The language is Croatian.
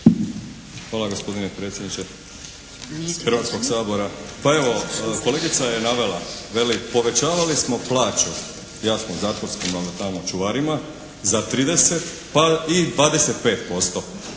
Hvala gospodine predsjedniče Hrvatskog sabora. Pa evo, kolegica je navela. Veli, povećavali smo plaći jasno zatvorskim tamo čuvarima za 30 pa i 25% što